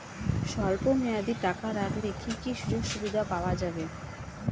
স্বল্পমেয়াদী টাকা রাখলে কি কি সুযোগ সুবিধা পাওয়া যাবে?